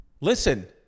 Listen